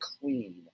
clean